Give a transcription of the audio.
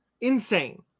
insane